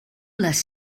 les